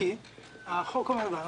כי כך קובע החוק,